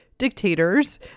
dictators